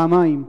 פעמיים.